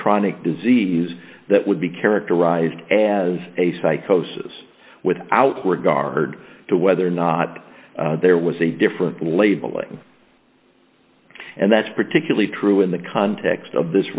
chronic disease that would be characterized as a psychosis without regard to whether or not there was a difference in labeling and that's particularly true in the context of this